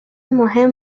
مهم